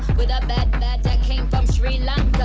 with a bad that that came from sri lanka.